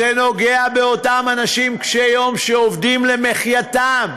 זה נוגע באותם אנשים קשי יום שעובדים למחייתם.